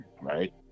right